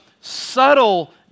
subtle